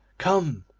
come,